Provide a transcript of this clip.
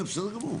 בסדר גמור.